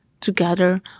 together